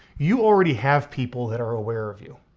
you already have people that are aware of you.